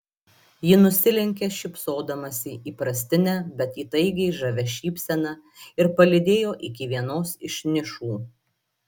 ji nusilenkė šypsodamasi įprastine bet įtaigiai žavia šypsena ir palydėjo iki vienos iš nišų